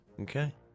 Okay